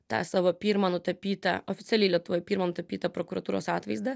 tą savo pirmą nutapytą oficialiai lietuvoj pirmą tapytą prokuratūros atvaizdą